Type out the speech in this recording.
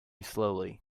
slowly